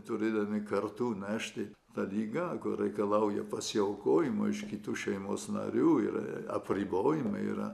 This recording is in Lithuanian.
turėdami kartu nešti ta liga reikalauja pasiaukojimo iš kitų šeimos narių yra apribojimai yra